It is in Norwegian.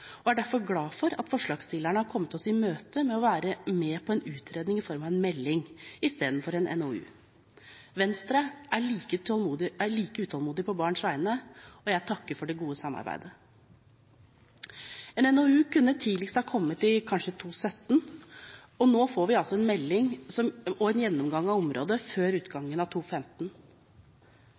er derfor glad for at forslagsstillerne har kommet oss i møte med å være med på en utredning i form av en melding istedenfor en NOU. Venstre er like utålmodig på barns vegne, og jeg takker for det gode samarbeidet. En NOU kunne kanskje tidligst kommet i 2017. Nå får vi altså en melding og en gjennomgang av området før utgangen av